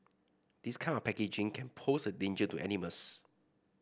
this kind of packaging can pose a danger to animals